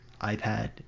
iPad